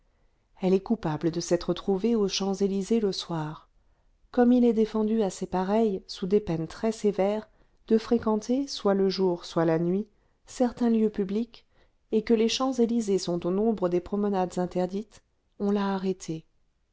elle est coupable de s'être trouvée aux champs-élysées le soir comme il est défendu à ses pareilles sous des peines très sévères de fréquenter soit le jour soit la nuit certains lieux publics et que les champs-élysées sont au nombre des promenades interdites on l'a arrêtée